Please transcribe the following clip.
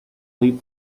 leave